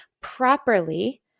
properly